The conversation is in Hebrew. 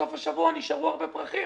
ובסוף השבוע נשארו הרבה פרחים.